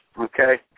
Okay